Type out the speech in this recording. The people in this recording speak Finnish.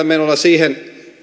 menolla siihen